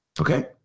Okay